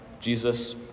Jesus